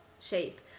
shape